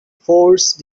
forced